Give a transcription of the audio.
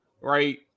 right